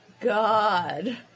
God